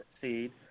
seed